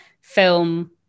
film